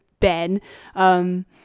Ben